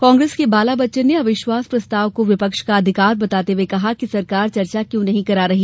कांग्रेस के बाला बच्चन ने अविश्वास प्रस्ताव को विपक्ष का अधिकार बताते हुए कहा कि सरकार चर्चा क्यों नहीं करा रही